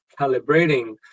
calibrating